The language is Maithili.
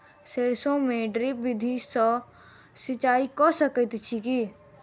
सैरसो मे ड्रिप विधि सँ सिंचाई कऽ सकैत छी की?